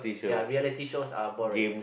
ya reality shows are boring